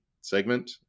segment